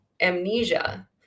amnesia